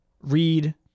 read